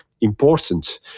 important